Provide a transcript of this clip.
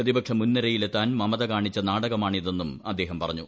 പ്രതിപക്ഷ മുൻനിരയിൽ എത്താൻ മമത കാണിച്ച നാടകമാണിതെന്നും അദ്ദേഹം പറഞ്ഞു